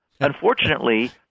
Unfortunately